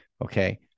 Okay